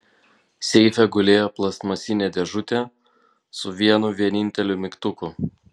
seife gulėjo plastmasinė dėžutė su vienu vieninteliu mygtuku